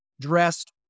dressed